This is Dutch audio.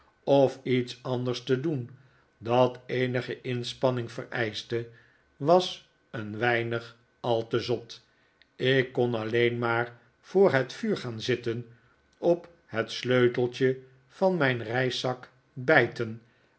of iets anders te doen dat eenige inspanning vereischte was een weinig al te zot ik kon alleen maar voor het vuur gaan zitten op het sleuteltje van mijn reiszak bijten